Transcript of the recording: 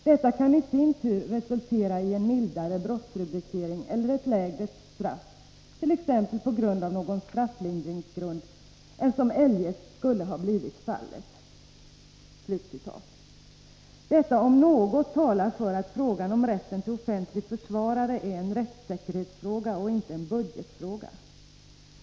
Detta kan i sin tur resultera i en mildare brottsrubricering eller ett lägre strafft..ex. på grund av någon strafflindringsgrund än som eljest skulle ha blivit fallet:” Detta om något talar för att frågan om rätten till offentlig försvarare är en rättssäkerhetsfråga och inte en budgetfråga.